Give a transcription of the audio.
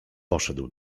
poszedł